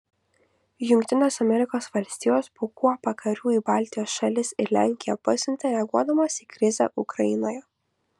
jav po kuopą karių į baltijos šalis ir lenkiją pasiuntė reaguodamos į krizę ukrainoje